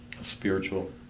spiritual